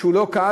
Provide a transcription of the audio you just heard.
שהוא לא קל,